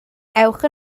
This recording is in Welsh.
ewch